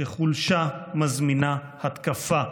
שחולשה מזמינה התקפה,